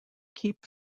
keep